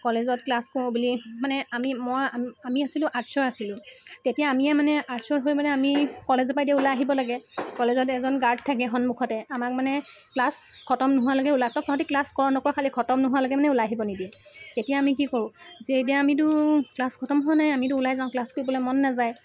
কলেজত ক্লাছ কৰোঁ বুলি মানে আমি মই আমি আছিলোঁ আৰ্টছৰ আছিলোঁ তেতিয়া আমিয়ে মানে আৰ্টছৰ হৈ মানে আমি কলেজৰ পৰা এতিয়া ওলাই আহিব লাগে কলেজত এজন গাৰ্ড থাকে সন্মুখতে আমাক মানে ক্লাছ খতম নোহোৱালৈকে ওলা তহঁতি ক্লাছ কৰ নকৰ খালী খতম নোহোৱালৈকে মানে ওলাই আহিব নিদিয়ে তেতিয়া আমি কি কৰোঁ যে এতিয়া আমিতো ক্লাছ খতম হোৱা নাই আমিতো ওলাই যাওঁ ক্লাছ কৰিবলৈ মন নেযায়